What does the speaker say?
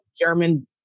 German